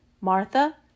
Martha